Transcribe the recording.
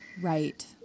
right